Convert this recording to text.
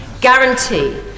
guarantee